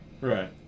Right